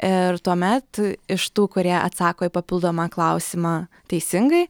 ir tuomet iš tų kurie atsako į papildomą klausimą teisingai